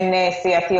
אדוני היושב-ראש,